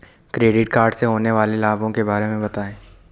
Credit card से होने वाले लाभों के बारे में बताएं?